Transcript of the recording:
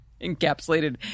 encapsulated